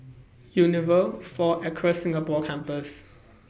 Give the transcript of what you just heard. Unilever four Acres Singapore Campus